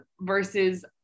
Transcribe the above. versus